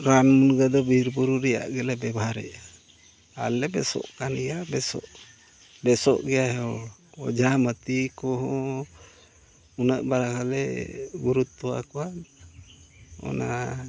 ᱨᱟᱱ ᱢᱩᱨᱜᱟᱹᱱ ᱫᱚ ᱵᱤᱨᱼᱵᱩᱨᱩ ᱨᱮᱭᱟᱜ ᱜᱮᱞᱮ ᱵᱮᱵᱷᱟᱨᱮᱫᱼᱟ ᱟᱨᱞᱮ ᱵᱮᱥᱚᱜ ᱠᱟᱱ ᱜᱮᱭᱟ ᱵᱮᱥᱚᱜ ᱜᱮᱭᱟᱭ ᱦᱚᱲ ᱚᱡᱷᱟ ᱢᱟᱹᱛᱤ ᱠᱚᱦᱚᱸ ᱩᱱᱟᱹᱜ ᱵᱟᱝ ᱞᱮ ᱜᱩᱨᱩᱛᱛᱚ ᱟᱠᱚᱣᱟ ᱚᱱᱟ